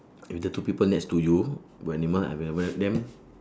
if the two people next to you were animal ah when will then